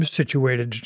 situated